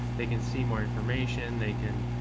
they can see more information, they can,